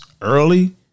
early